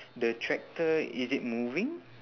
the tractor is it moving